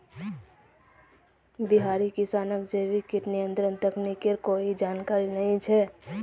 बिहारी किसानक जैविक कीट नियंत्रण तकनीकेर कोई जानकारी नइ छ